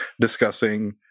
discussing